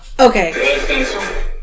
Okay